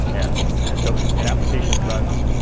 and so an application that runs,